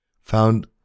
found